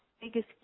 biggest